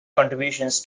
contributions